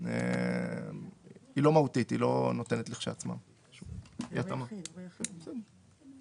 הממ"מ של הכנסת, מרכז המחקר והמידע של הכנסת,